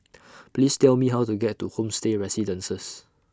Please Tell Me How to get to Homestay Residences